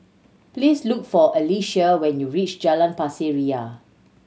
please look for Alecia when you reach Jalan Pasir Ria